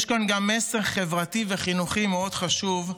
יש כאן גם מסר חברתי וחינוכי מאוד חשוב,